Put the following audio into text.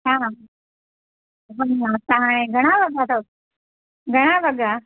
हा हा त हाणे घणा वॻा अथव घणा वॻा